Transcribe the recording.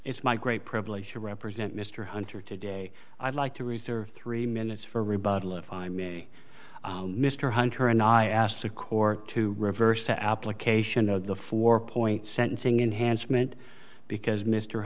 it's my great privilege to represent mr hunter today i'd like to reserve three minutes for rebuttal if i may mr hunter and i ask the court to reverse the application of the four point sentencing enhanced meant because mr